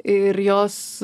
ir jos